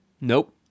Nope